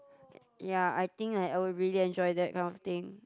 ya I think I I would really enjoy that kind of thing